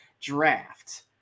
draft